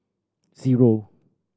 zero